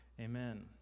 amen